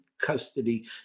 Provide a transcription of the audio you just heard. custody